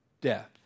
death